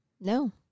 No